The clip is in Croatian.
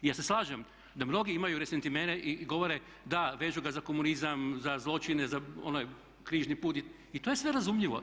Ja se slažem da mnogi imaju … i govore da vežu ga za komunizam, za zločine, za onaj križni put i to je sve razumljivo.